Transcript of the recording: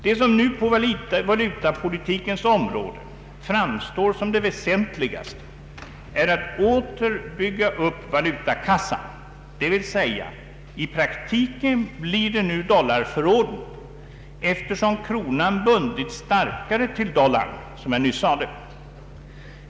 Vad som nu på valutapolitikens område framstår såsom det väsentligaste är att åter bygga upp valutakassan, d.v.s. i praktiken blir det nu dollarförråden, eftersom kronan har bundits starkare till dollarn, vilket jag nyss sade.